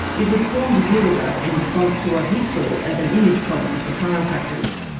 it was formed a year ago in response to what he saw as an image problem for chiropractors.